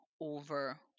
over